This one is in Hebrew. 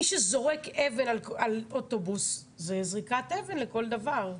מי שזורק אבן על אוטובוס, זה זריקת אבן לכל דבר.